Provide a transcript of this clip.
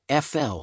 FL